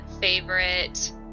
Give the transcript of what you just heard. favorite